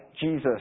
Jesus